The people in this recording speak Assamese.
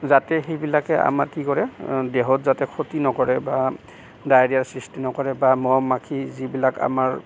যাতে সেইবিলাকে আমাক কি কৰে দেহত যাতে ক্ষতি নকৰে বা ডায়েৰীয়াৰ সৃষ্টি নকৰে বা মহ মাখিৰ যিবিলাক আমাৰ